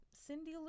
Cindy